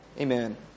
amen